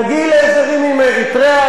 תגיעי להסדרים עם אריתריאה,